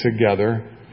together